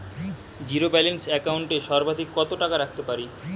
Zero balance account এ সর্বাধিক কত টাকা রাখতে পারি?